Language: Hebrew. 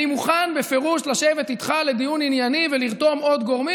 אני מוכן בפירוש לשבת איתך לדיון ענייני ולרתום עוד גורמים